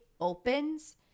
opens